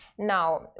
Now